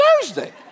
Thursday